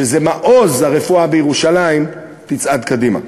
שזה מעוז הרפואה בירושלים, יצעד קדימה.